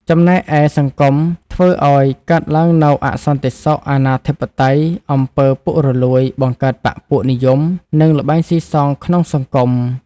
ចំណែកឯ សង្គមធ្វើឲ្យកើតឡើងនូវអសន្តិសុខ អនាធិបតេយ្យ អំពី ពុករលួយ បង្កើតបក្សពួកនិយម និងល្បែងស៊ីសងក្នុងសង្គម។